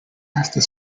after